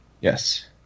Yes